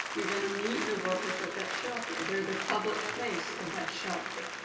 you're going to meet the workers at that shelter, they are the public face of that shelter.